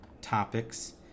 topics